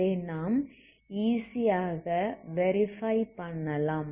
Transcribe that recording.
இதை நாம் ஈசி ஆக வெரிஃபை பண்ணலாம்